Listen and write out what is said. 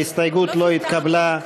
ההסתייגות לא התקבלה.